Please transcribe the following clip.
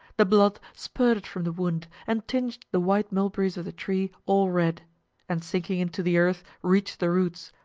the blood spurted from the wound, and tinged the white mulberries of the tree all red and sinking into the earth reached the roots,